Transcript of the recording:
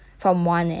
ya